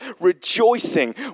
rejoicing